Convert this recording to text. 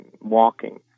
walking